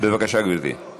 יכול